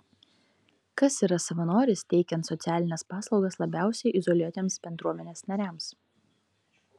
kas yra savanoris teikiant socialines paslaugas labiausiai izoliuotiems bendruomenės nariams